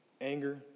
anger